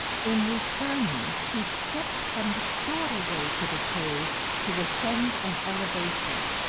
in returning he stepped from the shorter way to the cave to ascend an elevation.